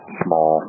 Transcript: small